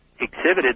exhibited